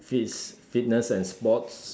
fits fitness and sports